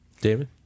David